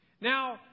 Now